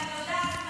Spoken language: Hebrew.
ואני יודעת מה,